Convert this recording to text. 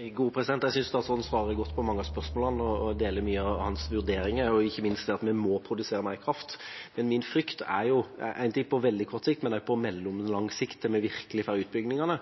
Jeg synes statsråden svarer godt på mange av spørsmålene, og jeg deler mange av hans vurderinger, ikke minst det at vi må produsere mer kraft. Men min frykt er at vi på mellomlang sikt – én ting er på veldig kort sikt – når vi virkelig får utbyggingene,